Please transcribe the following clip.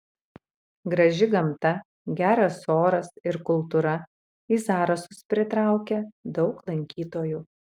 graži gamta geras oras ir kultūra į zarasus pritraukė daug lankytojų